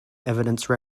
evidence